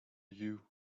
you